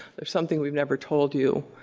there's something we've never told you.